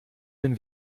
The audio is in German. den